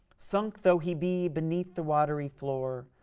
sunk though he be beneath the wat'ry floor,